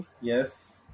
Yes